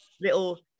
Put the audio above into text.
little